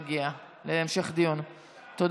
נגד, 23. אני